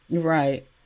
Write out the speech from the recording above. Right